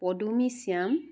Padumi Shyam